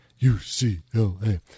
UCLA